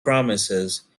promises